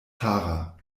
tara